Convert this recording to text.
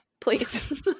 Please